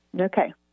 okay